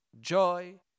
joy